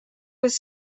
with